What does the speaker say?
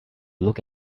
look